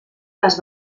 las